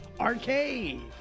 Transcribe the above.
Arcade